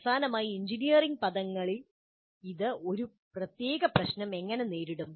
അവസാനമായി എഞ്ചിനീയറിംഗ് പദങ്ങളിൽ ഇത് ഒരു പ്രത്യേക പ്രശ്നം എങ്ങനെ നേടും